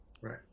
Right